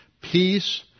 peace